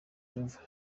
rover